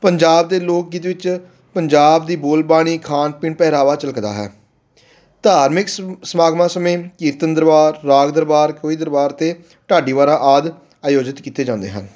ਪੰਜਾਬ ਦੇ ਲੋਕ ਗੀਤ ਵਿੱਚ ਪੰਜਾਬ ਦੀ ਬੋਲਬਾਣੀ ਖਾਣ ਪੀਣ ਪਹਿਰਾਵਾ ਝਿਲਕਦਾ ਹੈ ਧਾਰਮਿਕ ਸਮਾਗਮਾਂ ਸਮੇਂ ਕੀਰਤਨ ਦਰਬਾਰ ਰਾਗ ਦਰਬਾਰ ਕਵੀ ਦਰਬਾਰ ਅਤੇ ਢਾਡੀ ਵਾਰਾ ਆਦਿ ਆਯੋਜਿਤ ਕੀਤੇ ਜਾਂਦੇ ਹਨ